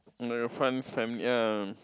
no your front fam ya